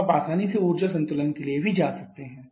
तो आप आसानी से ऊर्जा संतुलन के लिए जा सकते हैं